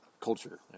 culture